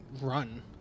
run